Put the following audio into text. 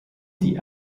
die